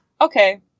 Okay